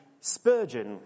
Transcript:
Spurgeon